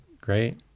great